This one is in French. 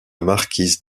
marquise